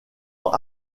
ans